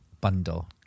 bundle